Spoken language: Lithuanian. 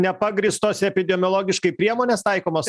nepagrįstos epidemiologiškai priemonės taikomos